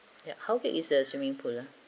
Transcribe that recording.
yeah how big is the swimming pool lah